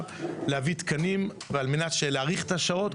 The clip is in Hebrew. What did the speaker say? להביא תקנים על מנת להאריך את השעות,